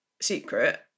secret